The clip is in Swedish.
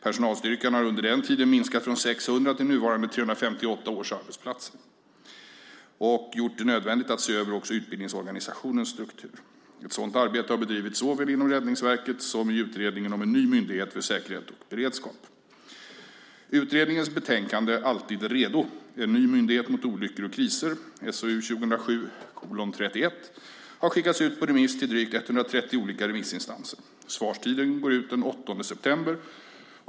Personalstyrkan har under den tiden minskat från 600 till nuvarande 358 årsarbetskrafter och gjort det nödvändigt att se över också utbildningsorganisationens struktur. Ett sådant arbete har bedrivits såväl inom Räddningsverket som i Utredningen om en ny myndighet för säkerhet och beredskap. Utredningens betänkande Alltid redo! En ny myndighet mot olyckor och kriser har skickats ut på remiss till drygt 130 olika remissinstanser. Svarstiden går ut den 8 september.